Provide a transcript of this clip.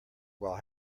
while